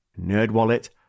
NerdWallet